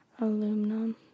Aluminum